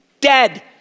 dead